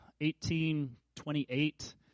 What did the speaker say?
1828